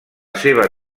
seva